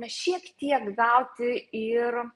šiek tiek gauti ir